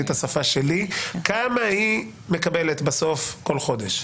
את השפה שלי כמה היא מקבלת בסוף כל חודש?